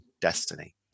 destiny